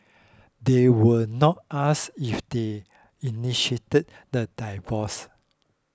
they were not asked if they initiated the divorce